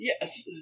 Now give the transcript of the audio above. Yes